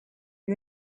you